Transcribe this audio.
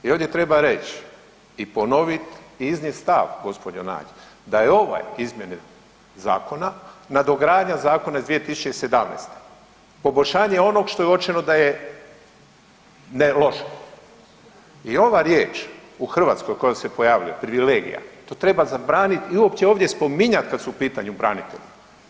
I ovdje treba reći i ponoviti i iznijeti stav gospođo Nađ da je ova izmjena Zakona nadogradnja zakona iz 2017., poboljšanje onoga što je uočeno da je loše i ova riječ u Hrvatskoj koja se pojavljuje privilegija to treba zabraniti i uopće ovdje spominjati kada su u pitanju branitelji.